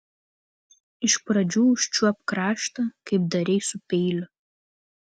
iš pradžių užčiuopk kraštą kaip darei su peiliu